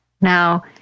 Now